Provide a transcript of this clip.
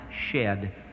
shed